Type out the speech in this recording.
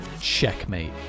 checkmate